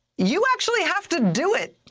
you actually have to do it.